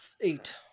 eight